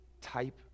type